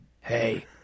Hey